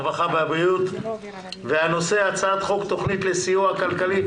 הרווחה והבריאות בנושא הצעת חוק התכנית לסיוע כלכלי.